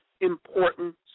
important